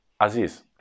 Aziz